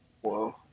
Whoa